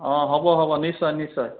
অঁ হ'ব হ'ব নিশ্চয় নিশ্চয়